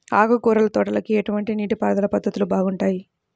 ఆకుకూరల తోటలకి ఎటువంటి నీటిపారుదల పద్ధతులు బాగుంటాయ్?